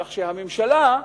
כך שהממשלה,